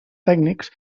tècnics